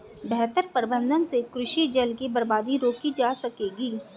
बेहतर प्रबंधन से कृषि जल की बर्बादी रोकी जा सकेगी